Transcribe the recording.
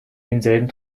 denselben